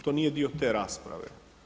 To nije dio te rasprave.